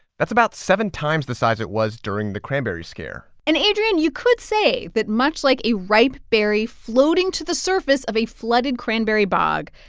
that's about seven times the size it was during the cranberry scare and adrian, you could say that much like a ripe berry floating to the surface of a flooded cranberry bog,